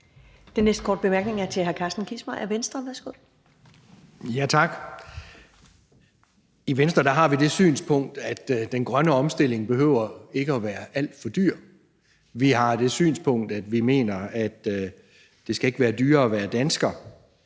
Den næste korte bemærkning er til hr. Carsten Kissmeyer, Venstre. Værsgo. Kl. 11:58 Carsten Kissmeyer (V): I Venstre har vi det synspunkt, at den grønne omstilling ikke behøver at være alt for dyr. Vi har det synspunkt, at det ikke skal være dyrere at være dansker.